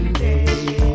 day